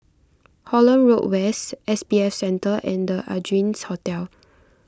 Holland Road West S B F Center and the Ardennes Hotel